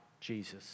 Jesus